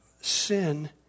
sin